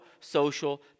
social